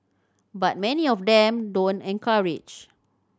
but many of them don't encourage